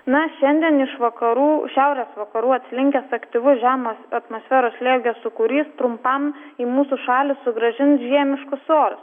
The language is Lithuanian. na šiandien iš vakarų šiaurės vakarų atslinkęs aktyvus žemo atmosferos slėgio sūkurys trumpam į mūsų šalį sugrąžins žiemiškus orus